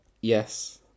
Yes